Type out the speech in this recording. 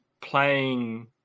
playing